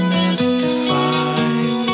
mystified